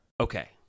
Okay